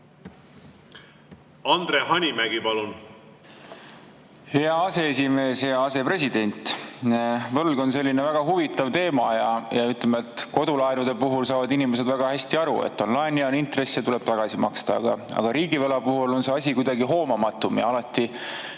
Andre Hanimägi, palun! Hea aseesimees! Hea asepresident! Võlg on väga huvitav teema. Kodulaenu puhul saavad inimesed väga hästi aru, et laen ja intressid tuleb tagasi maksta, aga riigivõla puhul on see asi kuidagi hoomamatu. Alati